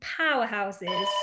powerhouses